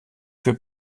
für